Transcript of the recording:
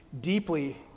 deeply